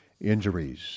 injuries